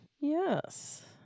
Yes